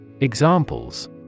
Examples